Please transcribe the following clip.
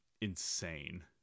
insane